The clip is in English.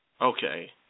Okay